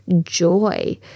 joy